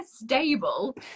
stable